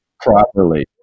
properly